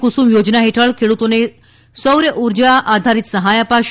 કુસુમ યોજના હેઠળ ખેડૂતોને સૌર ઉર્જા આધારિત સહાય અપાશે